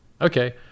Okay